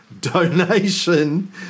donation